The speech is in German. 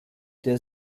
der